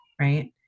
Right